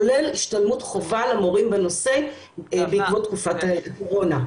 כולל השתלמות חובה למורים בנושא בעקבות הקורונה.